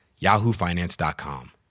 yahoofinance.com